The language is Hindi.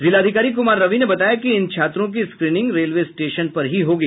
जिलाधिकारी कुमार रवि ने बताया कि इन छात्रों की स्क्रीनिंग रेलवे स्टेशन पर ही होगी